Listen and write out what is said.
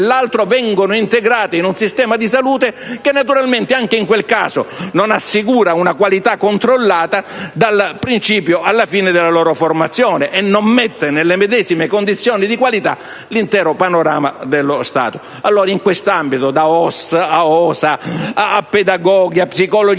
dell'altro, vengono integrate in un sistema di salute che, naturalmente, anche in quel caso non assicura una qualità controllata dal principio alla fine della loro formazione e non mette nelle medesime condizioni di qualità l'intero panorama dello Stato. Allora, va rimessa mano in questo ambito (dagli OSS, agli OSA, ai pedagoghi, agli psicologi